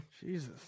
Jesus